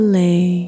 lay